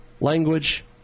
Language